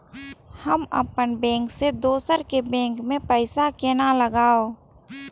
हम अपन बैंक से दोसर के बैंक में पैसा केना लगाव?